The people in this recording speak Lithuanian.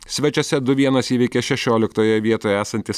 svečiuose du vienas įveikė šešioliktoje vietoje esantis